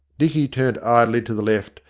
dicky turned idly to the left,